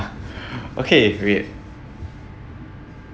okay wait